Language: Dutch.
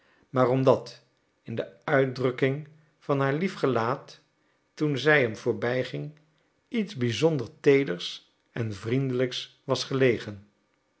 maar omdat in de uitdrukking van haar lief gelaat toen zij hem voorbijging iets bizonder teeders en vriendelijks was gelegen